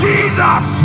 Jesus